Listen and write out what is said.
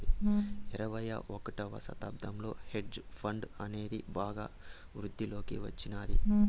ఇరవై ఒకటవ శతాబ్దంలో హెడ్జ్ ఫండ్ అనేది బాగా వృద్ధిలోకి వచ్చినాది